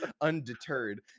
undeterred